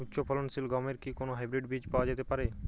উচ্চ ফলনশীল গমের কি কোন হাইব্রীড বীজ পাওয়া যেতে পারে?